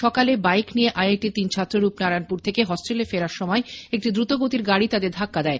সকালে বাইক নিয়ে আইআইটি র তিন ছাত্র রূপনারায়নপুর থেকে হস্টেলে ফেরার সময় একটি দ্রুতগতির গাড়ি তাঁদের ধাক্কা দেয়